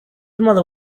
mother